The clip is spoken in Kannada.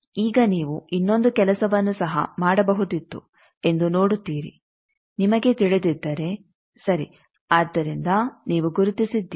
ಈಗ ನೀವು ಇನ್ನೊಂದು ಕೆಲಸವನ್ನು ಸಹ ಮಾಡಬಹುದಿತ್ತು ಎಂದು ನೋಡುತ್ತೀರಿ ನಿಮಗೆ ತಿಳಿದಿದ್ದರೆ ಸರಿ ಆದ್ದರಿಂದ ನೀವು ಗುರುತಿಸಿದ್ದೀರಿ